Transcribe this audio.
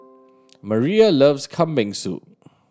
Maria loves Kambing Soup